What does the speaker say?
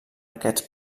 aquests